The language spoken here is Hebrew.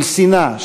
של שנאה,